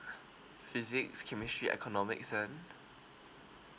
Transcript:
physics chemistry economics and